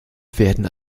werden